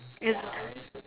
yes